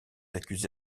accusé